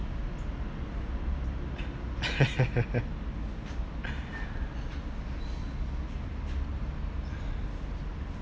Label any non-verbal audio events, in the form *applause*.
*laughs*